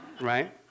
Right